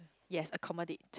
yes accommodate